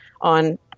on